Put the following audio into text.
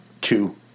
two